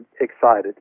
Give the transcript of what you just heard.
excited